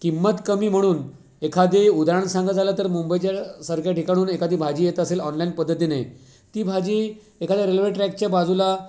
किंमत कमी म्हणून एखादे उदाहरण सांगायचं झालं तर मुंबईच्यासारख्या ठिकाणहून एखादी भाजी येत असेल ऑनलाईन पद्धतीने ती भाजी एखाद्या रेल्वे ट्रॅकच्या बाजूला